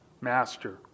master